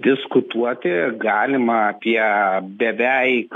diskutuoti galima apie beveik